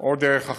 או דרך החלטה.